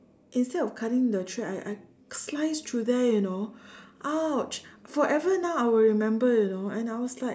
instead of the cutting the thread I I sliced through there you know !ouch! forever now I will remember you know and I was like